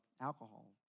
alcohol